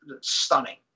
stunning